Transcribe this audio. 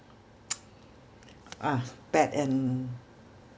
ah bad and